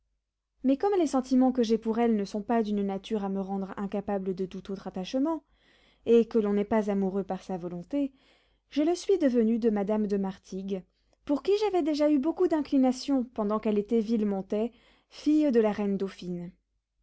mais comme les sentiments que j'ai pour elle ne sont pas d'une nature à me rendre incapable de tout autre attachement et que l'on n'est pas amoureux par sa volonté je le suis devenu de madame de martigues pour qui j'avais déjà eu beaucoup d'inclination pendant qu'elle était villemontais fille de la reine dauphine